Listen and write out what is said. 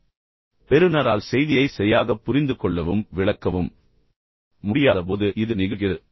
எனவே பெறுநரால் செய்தியை சரியாகப் புரிந்துகொள்ளவும் விளக்கவும் முடியாதபோது இது நிகழ்கிறது